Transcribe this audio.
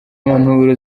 mpanuro